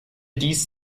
dies